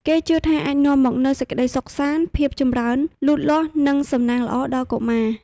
គេជឿថាអាចនាំមកនូវសេចក្តីសុខសាន្ត ភាពចម្រើនលូតលាស់ និងសំណាងល្អដល់កុមារ។